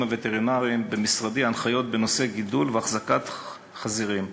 הווטרינריים במשרדי הנחיות בנושא גידול והחזקה של חזירים.